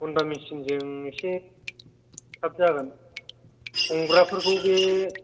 Honda मिचिनजों इसे थाब जागोन हमग्राफोरखौ बे